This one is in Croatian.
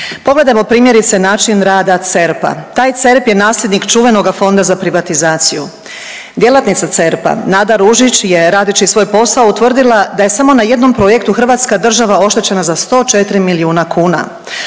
Pogledamo primjerice način rada CERP-a, taj CERP je nasljednik čuvenoga Fonda za privatizaciju. Djelatnica CERP-a Nada Ružić je radeći svoj posao utvrdila da je samo na jednom projektu hrvatska država oštećena za 104 milijuna kuna.